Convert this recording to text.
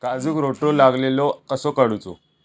काजूक रोटो लागलेलो कसो काडूचो?